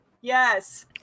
Yes